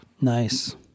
Nice